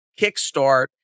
kickstart